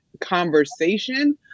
conversation